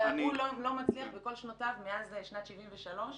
הוא לא הצליח בכל שנותיו מאז שנת 73'